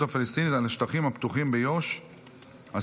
הפלסטינית על השטחים הפתוחים ביהודה ושומרון,